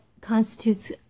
constitutes